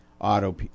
auto